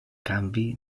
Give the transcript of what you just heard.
canvi